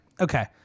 okay